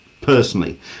personally